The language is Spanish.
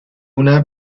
una